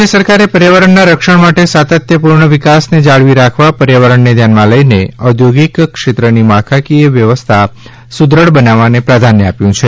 રાજ્ય સરકારે પર્યાવરણના રક્ષણ સાથે સાતત્યપૂર્ણ વિકાસને જાળવી રાખવા પર્યાવરણને ધ્યાનમાં લઇને ઔદ્યોગિક ક્ષેત્રની માળખાકીય વ્યવસ્થા સુદ્રઢ બનાવવાને પ્રાધાન્ય આપ્યું છે